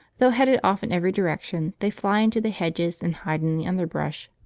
though headed off in every direction, they fly into the hedges and hide in the underbrush.